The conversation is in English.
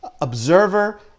observer